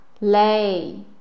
Lay